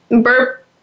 burp